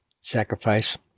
sacrifice